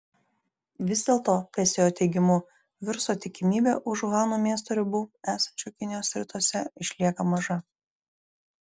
vis dėl to pso teigimu viruso tikimybė už uhano miesto ribų esančio kinijos rytuose išlieka maža